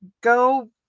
go